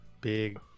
Big